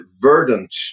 verdant